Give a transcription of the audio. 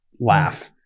laugh